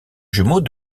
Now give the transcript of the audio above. jumeau